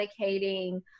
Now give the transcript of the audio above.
medicating